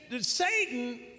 Satan